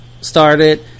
started